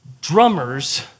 drummers